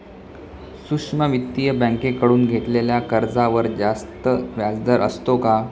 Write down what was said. सूक्ष्म वित्तीय बँकेकडून घेतलेल्या कर्जावर जास्त व्याजदर असतो का?